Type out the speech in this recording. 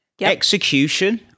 Execution